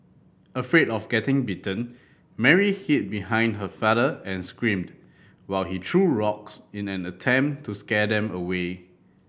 afraid of getting bitten Mary hid behind her father and screamed while he threw rocks in an attempt to scare them away